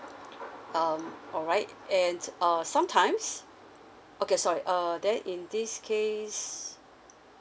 um alright and err sometimes okay sorry err then in this case